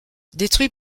détruit